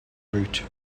route